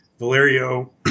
Valerio